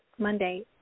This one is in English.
Monday